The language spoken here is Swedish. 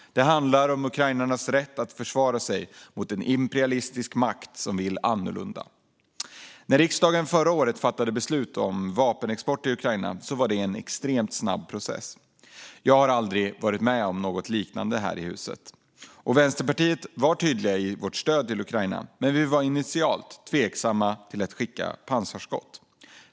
Det handlar om ukrainarnas rätt att försvara sig mot en imperialistisk makt som vill annorlunda. När riksdagen förra året fattade beslut om en vapenexport till Ukraina var det en extremt snabb process. Jag har aldrig varit med om något liknande här i huset. Vänsterpartiet var tydligt i vårt stöd till Ukraina. Men vi var initialt tveksamma till att skicka pansarskott.